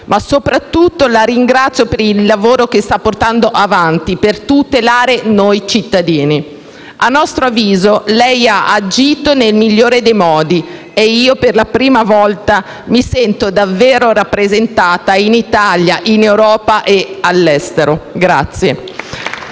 ma, soprattutto, la ringrazio per il lavoro che sta portando avanti per tutelare noi cittadini. A nostro avviso, lei ha agito nel migliore dei modi ed io, per la prima volta, mi sento davvero rappresentata in Italia, in Europa e all'estero. La